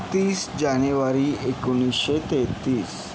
तीस जानेवारी एकोणीसशे तेहतीस